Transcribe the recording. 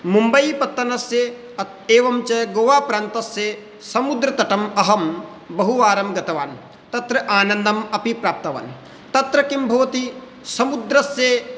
मुम्बैपत्तनस्य एवञ्च गोवाप्रान्तस्य समुद्रतटम् अहं बहुवारं गतवान् तत्र आनन्दम् अपि प्राप्तवान् तत्र किं भवति समुद्रस्य